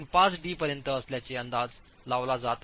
5 डी पर्यंत असल्याचे अंदाज लावला जात आहे